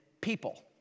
people